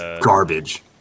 garbage